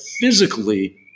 physically